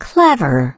Clever